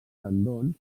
tendons